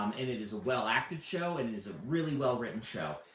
um and it is a well-acted show, and it is a really well-written show.